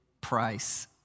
price